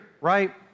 right